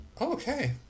okay